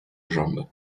jambe